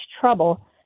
trouble